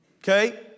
Okay